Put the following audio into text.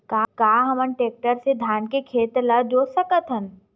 का हमन टेक्टर से धान के खेत ल जोत सकथन?